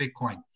Bitcoin